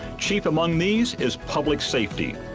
chief among these is public safety.